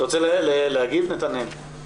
אתה רוצה להגיב נתנאל?